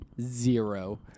zero